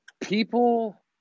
people –